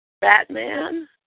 Batman